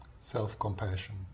self-compassion